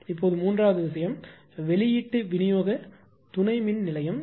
இப்போது மூன்றாவது விஷயம் வெளியீட்டு விநியோக துணை மின் நிலையம்